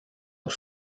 aux